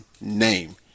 name